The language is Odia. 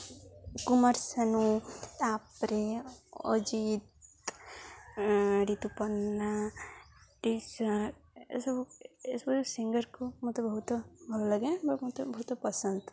କୁମାର ସାନୁ ତା'ପରେ ଅଜିତ ଋତୁପର୍ଣ୍ଣା ଟିଶ ଏସବୁ ଏସବୁ ସିଙ୍ଗର୍କୁ ମୋତେ ବହୁତ ଭଲ ଲାଗେ ବା ମୋତେ ବହୁତ ପସନ୍ଦ